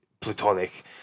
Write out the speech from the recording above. platonic